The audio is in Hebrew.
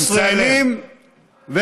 אמסלם.